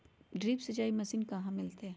Drip सिंचाई machine कहाँ से मिलतै?